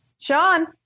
Sean